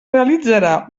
realitzarà